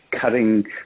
cutting